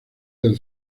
del